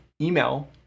email